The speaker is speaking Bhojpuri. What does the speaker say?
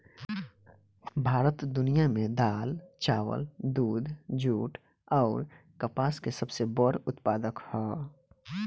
भारत दुनिया में दाल चावल दूध जूट आउर कपास के सबसे बड़ उत्पादक ह